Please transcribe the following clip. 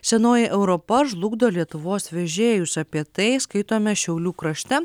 senoji europa žlugdo lietuvos vežėjus apie tai skaitome šiaulių krašte